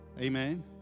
Amen